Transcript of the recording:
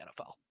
NFL